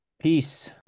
Peace